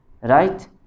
Right